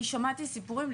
אני שמעתי סיפורים.